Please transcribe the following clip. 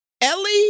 Ellie